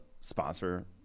sponsor